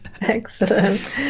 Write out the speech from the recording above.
excellent